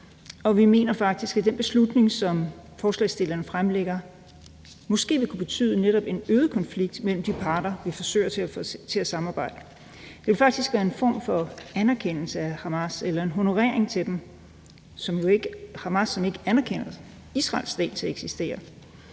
og vi mener faktisk, at det beslutningsforslag, som forslagsstillerne fremsætter, måske netop ville kunne betyde en øget konflikt mellem de parter, vi forsøger at få til at samarbejde. Det ville faktisk være en form for anerkendelse af Hamas eller en honorering af dem, Hamas, som jo ikke anerkender Israels ret til at eksistere,